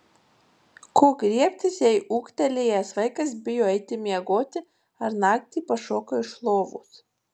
ko griebtis jei ūgtelėjęs vaikas bijo eiti miegoti ar naktį pašoka iš lovos